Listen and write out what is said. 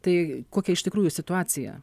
tai kokia iš tikrųjų situacija